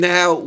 Now